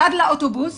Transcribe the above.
עד לאוטובוס.